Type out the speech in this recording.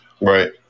Right